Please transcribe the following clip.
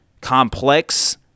complex